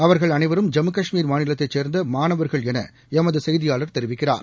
அவர்கள் அனைவரும் ஜம்மு காஷ்மீர் மாநிலத்தைசேர்ந்தமாணவர்கள் எனஎமதுசெய்தியாளர் தெரிவிக்கிறார்